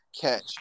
Catch